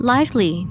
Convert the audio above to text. Lively